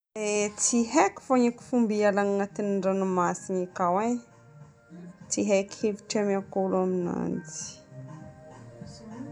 E tsy haiko fôgna ny fomba ialagna ao agnatin'ny ranomasina akao e. Tsy haiko hevitra ameko olo aminanjy